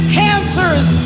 cancers